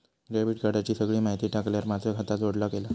debit कार्डाची सगळी माहिती टाकल्यार माझा खाता जोडला गेला